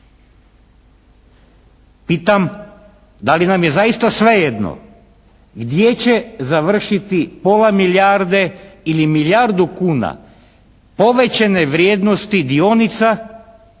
Pitam da li nam je zaista svejedno gdje će završiti pola milijarde ili milijardu kuna povećane vrijednosti dionica